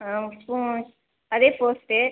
போ அதே போஸ்ட்டு